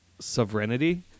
sovereignty